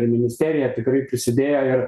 ir ministerija tikrai prisidėjo ir